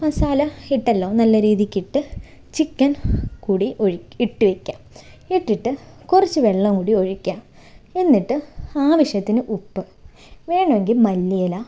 മസാല ഇട്ടല്ലോ നല്ല രീതിക്ക് ഇട്ട് ചിക്കൻ കൂടി ഒഴി ഇട്ട് വയ്ക്കാം ഇട്ടിട്ട് കുറച്ച് വെള്ളം കൂടി ഒഴിക്കുക എന്നിട്ട് ആവശ്യത്തിന് ഉപ്പ് വേണമെങ്കിൽ മല്ലിയില